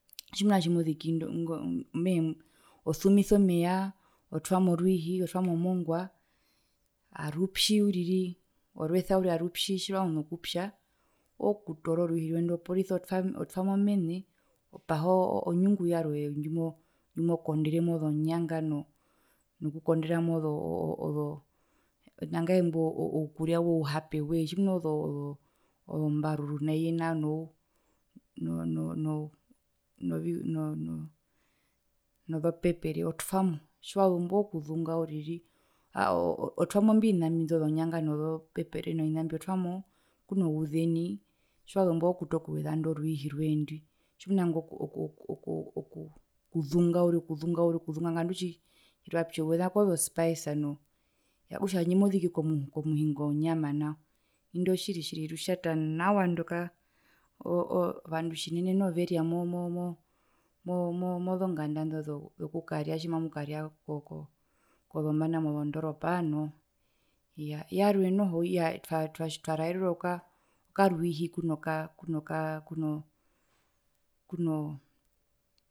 Tjina tjimoziki ingo indo mehee osumisa omeya otwamo rwiihi otwamo mongwa arupyi uriri orwesa arupyi tjirwazu nokupya ookutoora orwiihi rwee ndo oporisa otwa otwamo mene opaha oo onyungu yarwe ndjimo ndjimokonderemo zonyanga nokokukondera moozo mozo mozo okukonderamo ouhapewee tjimuna oumbaruru naiye nao noo no no no no`vi no nozopepere otwamo aahaa otwamo mbi ovina mbi indo zonyanga nozopepere novina mbio otwamo kunouze nai tjiwambo ookuta okuweza indo rwiihi rwee ndwi tjimuna oku oku okuzunga okuzunga okuzunga uriri ngandu tjii tjirwapyi oweza kozo spica noo okutja tjandje moziki komuhingo wo nyama nao indo tjiri tjiri rutjata naaawa ndo kaa ovandu tjinene noho veria mo mo mo mo mozonganda indo zokukaria tjimamukaria kozombanda mozondoropa noo, iyaa yarwe noho iyaa twaraerwe okarwiihi kunoka kunoka kuno kuno.